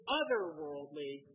otherworldly